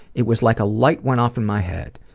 it was like a light went off in my head.